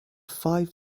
five